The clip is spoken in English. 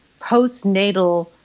postnatal